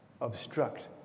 obstruct